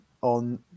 on